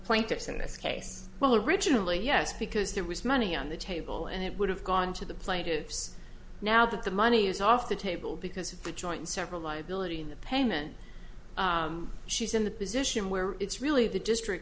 plaintiffs in this case well originally yes because there was money on the table and it would have gone to the plaintiffs now that the money is off the table because the joint several liability in the payment she's in the position where it's really the district